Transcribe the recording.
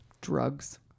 Drugs